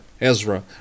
Ezra